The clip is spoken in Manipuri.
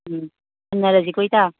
ꯎꯝ ꯊꯝꯅꯔꯁꯤꯀꯣ ꯏꯇꯥ